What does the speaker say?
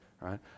right